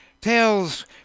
Tales